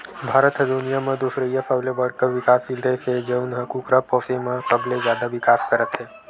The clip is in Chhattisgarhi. भारत ह दुनिया म दुसरइया सबले बड़का बिकाससील देस हे जउन ह कुकरा पोसे म सबले जादा बिकास करत हे